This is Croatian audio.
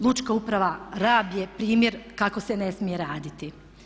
Lučka uprava Rab je primjer kako se ne smije raditi.